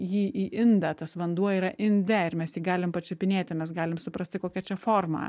jį į indą tas vanduo yra inde ir mes jį galim pačiupinėti mes galim suprasti kokia čia forma